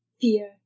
fear